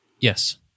Yes